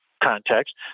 context